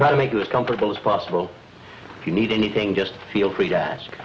try to make us comfortable as possible if you need anything just feel free to ask